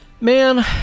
man